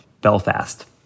Belfast